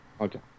okay